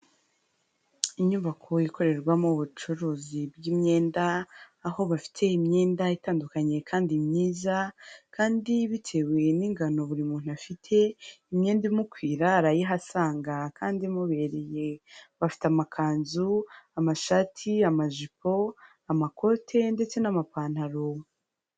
Inyubako ikorerwamo ubucuruzi bw'imyenda, aho bafite imyenda itandukanye kandi myiza, kandi bitewe n'ingano buri muntu afite, imyenda imukwira arayihasanga kandi imubereye. Bafite amakanzu, amashati, amajipo, amakote ndetse n'amapantaro.